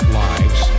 lives